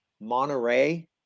Monterey